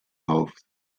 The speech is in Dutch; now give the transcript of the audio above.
hoofd